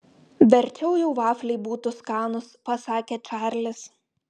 verčiau jau vafliai būtų skanūs pasakė čarlis